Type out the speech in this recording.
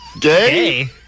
Gay